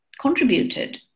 contributed